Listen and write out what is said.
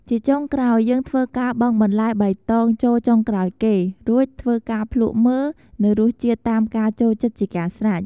ជាចុងក្រោយ យើងធ្វើការបង់បន្លែបៃតងចូលចុងក្រោយគេ រួចធ្វើការភ្លក់មើលនៅរសជាតិតាមការចូលចិត្តជាការស្រេច។